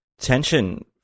tension